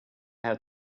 had